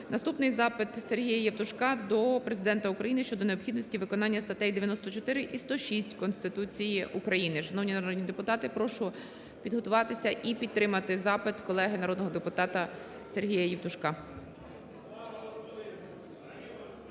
Наступний запит Сергія Євтушка до Президента України щодо необхідності виконання статей 94 і 106 Конституції України. Шановні народні депутати, прошу підготуватися і підтримати запит колеги народного депутата Сергія Євтушка.